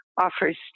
Offers